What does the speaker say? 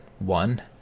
one